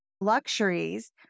Luxuries